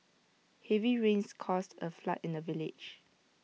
heavy rains caused A flood in the village